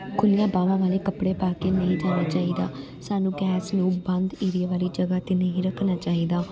ਖੁੱਲ੍ਹੀਆਂ ਬਾਹਵਾਂ ਵਾਲੇ ਕੱਪੜੇ ਪਾ ਕੇ ਨਹੀਂ ਜਾਣਾ ਚਾਹੀਦਾ ਸਾਨੂੰ ਗੈਸ ਨੂੰ ਬੰਦ ਏਰੀਏ ਵਾਲੀ ਜਗ੍ਹਾ 'ਤੇ ਨਹੀਂ ਰੱਖਣਾ ਚਾਹੀਦਾ